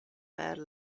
per